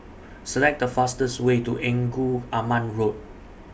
Select The fastest Way to Engku Aman Road